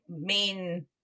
main